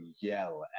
yell